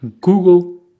Google